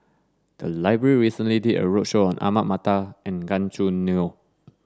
the library recently did a roadshow on Ahmad Mattar and Gan Choo Neo